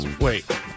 Wait